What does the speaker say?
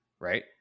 Right